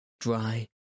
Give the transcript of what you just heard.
dry